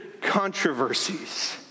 controversies